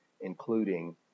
including